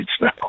now